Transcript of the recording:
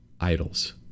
idols